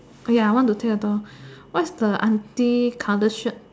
ya I want to tear the door what's the auntie color shirt